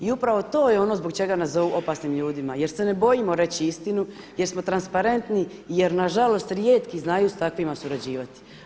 I upravo to je ono zbog čega nas zovu opasnim ljudima jer se ne bojimo reći istinu, jer smo transparentni i jer nažalost rijetki znaju s takvima surađivati.